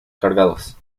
cargados